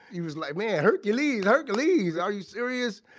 he was like, man, hercules! hercules! are you serious?